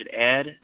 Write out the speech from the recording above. add